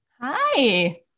Hi